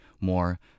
more